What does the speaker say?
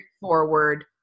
forward